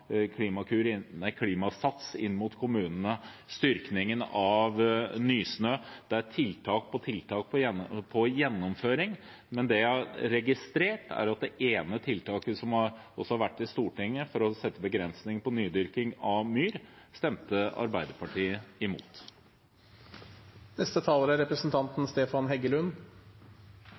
Klimasats inn mot kommunene, styrkingen av Nysnø – det er tiltak på tiltak for gjennomføring. Men det jeg har registrert, er at det ene tiltaket som også har vært i Stortinget, for å sette begrensninger på nydyrking av myr, stemte Arbeiderpartiet imot. Det som har kommet klart fram i debatten i dag, er